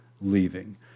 leaving